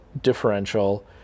differential